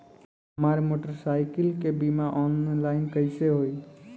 हमार मोटर साईकीलके बीमा ऑनलाइन कैसे होई?